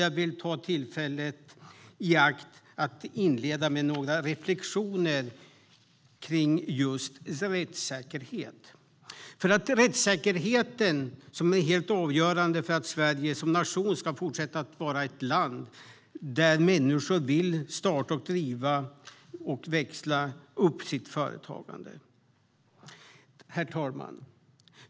Jag vill ta tillfället i akt att inleda med några reflektioner kring just rättssäkerhet, för rättssäkerheten är helt avgörande för att Sverige som nation ska fortsätta att vara ett land där människor vill starta och driva företag och växla upp sitt företagande. Herr talman!